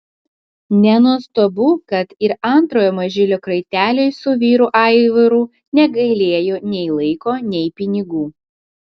nenuostabu kad ir antrojo mažylio kraiteliui su vyru aivaru negailėjo nei laiko nei pinigų